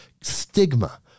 stigma